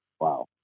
wow